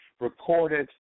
Recorded